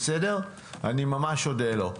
אני ממש אודה לו.